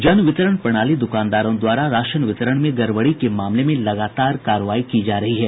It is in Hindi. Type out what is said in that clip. जन वितरण प्रणाली द्रकानदारों द्वारा राशन वितरण में गड़बड़ी के मामले में लगातार कार्रवाई की जा रही है